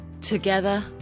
Together